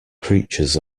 creatures